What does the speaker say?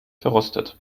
verrostet